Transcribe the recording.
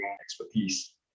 expertise